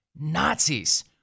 Nazis